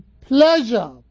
pleasure